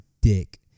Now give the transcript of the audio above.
dick